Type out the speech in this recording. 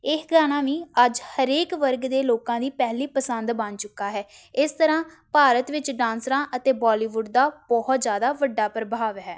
ਇਹ ਗਾਣਾ ਵੀ ਅੱਜ ਹਰੇਕ ਵਰਗ ਦੇ ਲੋਕਾਂ ਦੀ ਪਹਿਲੀ ਪਸੰਦ ਬਣ ਚੁੱਕਾ ਹੈ ਇਸ ਤਰ੍ਹਾਂ ਭਾਰਤ ਵਿੱਚ ਡਾਂਸਰਾਂ ਅਤੇ ਬੋਲੀਵੁੱਡ ਦਾ ਬਹੁਤ ਜ਼ਿਆਦਾ ਵੱਡਾ ਪ੍ਰਭਾਵ ਹੈ